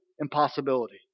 impossibility